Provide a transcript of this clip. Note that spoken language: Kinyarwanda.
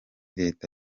leta